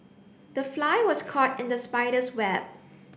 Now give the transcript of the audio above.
the fly was caught in the spider's web